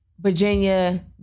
Virginia